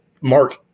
Mark